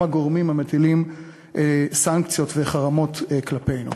הגורמים המטילים סנקציות וחרמות כלפינו.